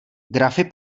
grafy